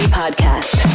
podcast